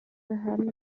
behörden